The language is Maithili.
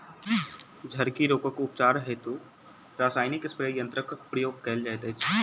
झड़की रोगक उपचार हेतु रसायनिक स्प्रे यन्त्रकक प्रयोग कयल जाइत अछि